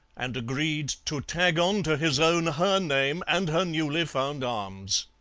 and agreed to tag on to his own, her name and her newly-found arms.